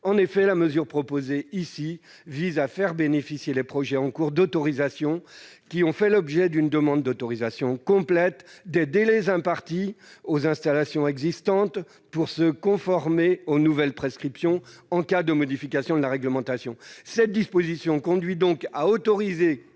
En effet, la mesure proposée ici vise à faire bénéficier les projets en cours d'autorisation, qui ont fait l'objet d'une demande d'autorisation complète, des délais impartis aux installations existantes pour se conformer aux nouvelles prescriptions en cas de modification de la réglementation. Cette disposition conduit donc à autoriser